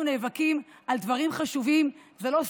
נאבקים על דברים חשובים זה לא סתם,